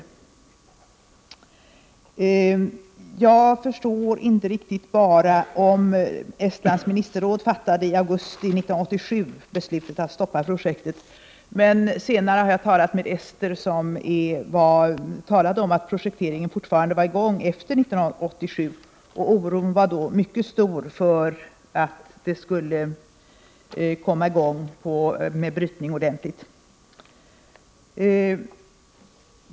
Miljöoch energiministern säger i svaret att Estlands ministerråd i augusti 1987 fattade beslut om att stoppa projektet, men jag har talat med ester som berättat att projekteringen fortfarande pågått även efter 1987 och att det funnits stor oro för att brytningen skulle komma i gång.